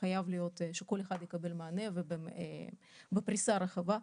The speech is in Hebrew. חייב להיות שלכל אחד יהיה מענה ופריסה רחבה.